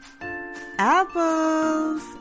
Apples